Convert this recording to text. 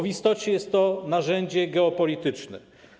W istocie jest to narzędzie geopolityczne.